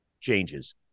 changes